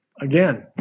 Again